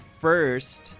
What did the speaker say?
first